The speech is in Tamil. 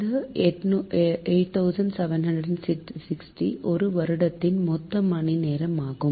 இந்த 8760 ஒரு வருடத்தின் மொத்த மணி நேரம் ஆகும்